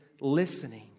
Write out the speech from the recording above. listening